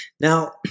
Now